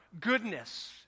goodness